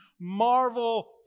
Marvel